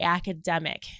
academic